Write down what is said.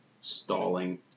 stalling